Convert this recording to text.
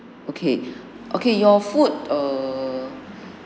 okay okay your food err